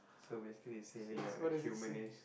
so basically it say you're a humanist